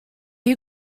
you